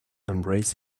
embrace